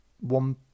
one